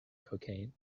cocaine